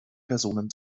personen